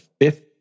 fifth